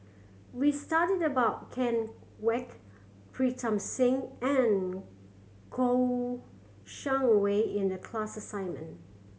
we studied about Ken Kwek Pritam Singh and Kouo Shang Wei in the class assignment